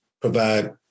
provide